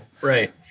Right